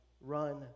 run